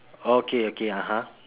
okay okay (uh huh)